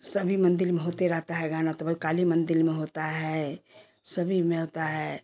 सभी मंदिर में होते रहता है गाना तो वो काली मंदिर में होता है सभी में होता है